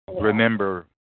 Remember